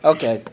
Okay